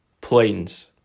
planes